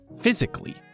physically